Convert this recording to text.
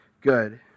good